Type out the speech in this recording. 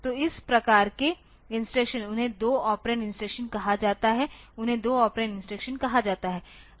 तो इस प्रकार के इंस्ट्रक्शन उन्हें 2 ऑपरेंड इंस्ट्रक्शन कहा जाता है उन्हें 2 ऑपरेंड इंस्ट्रक्शन कहा जाता है